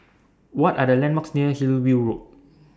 What Are The landmarks near Hillview Road